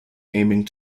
aiming